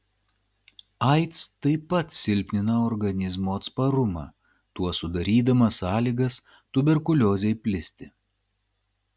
aids taip pat silpnina organizmo atsparumą tuo sudarydama sąlygas tuberkuliozei plisti